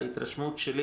ההתרשמות שלי